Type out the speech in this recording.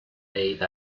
ate